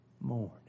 morning